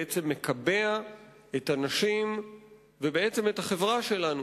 בעצם מקבע את הנשים ואת החברה שלנו